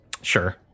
Sure